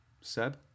Seb